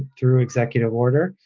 through executive order.